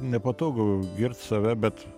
nepatogu girt save bet